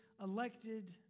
elected